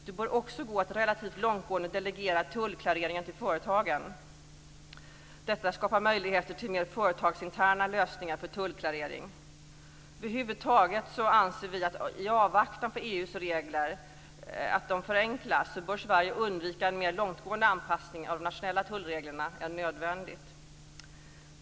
Det bör också gå att relativt långtgående delegera tullklareringen till företagen. Detta skapar möjligheter till mer företagsinterna lösningar för tullklarering. Över huvud taget anser vi att i avvaktan på att EU:s regler förenklas bör Sverige undvika en mer långtgående anpassning av de nationella tullreglerna än nödvändigt.